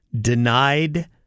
denied